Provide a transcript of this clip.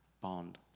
bond